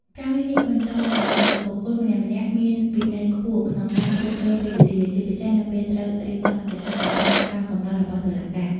ការងារនេះបណ្តុះឱ្យបុគ្គលម្នាក់ៗមានវិន័យខ្ពស់ក្នុងការគ្រប់គ្រងពេលវេលា ជាពិសេសនៅពេលត្រូវរៀបចំឯកសារឱ្យទាន់កាលកំណត់របស់តុលាការ។